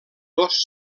dos